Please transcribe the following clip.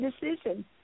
decision